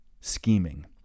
scheming